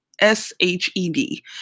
S-H-E-D